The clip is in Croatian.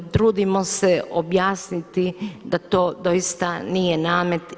Trudimo se objasniti da to doista nije namet.